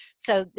so,